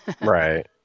Right